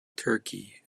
turkey